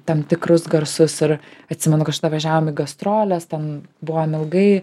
tam tikrus garsus ir atsimenu kažkada važiavom į gastroles ten buvom ilgai